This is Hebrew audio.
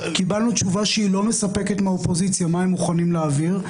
קיבלנו תשובה לא מספקת מהאופוזיציה מה הם מוכנים להעביר,